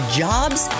jobs